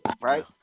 Right